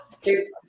kids